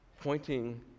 Pointing